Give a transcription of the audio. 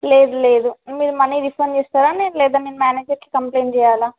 లేదు లేదు మీరు మనీ రిఫండ్ ఇస్తారా నేను లేదా మీ మేనేజర్కి కంప్లైంట్ చేయాలా